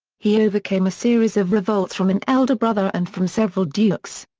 he overcame a series of revolts from an elder brother and from several dukes.